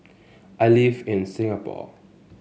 I live in Singapore